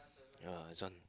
yeah this one